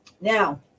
Now